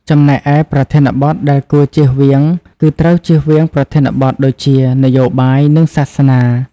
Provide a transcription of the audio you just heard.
ចំណែកឯ ប្រធានបទដែលគួរជៀសវាង គឺត្រូវជៀសវាងប្រធានបទ ដូចជា នយោបាយ និងសាសនា ។